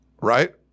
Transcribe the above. right